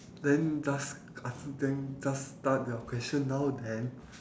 then just ah fo~ then just start your question now then